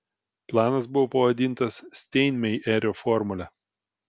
planas buvo pavadintas steinmeierio formule